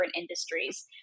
industries